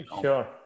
Sure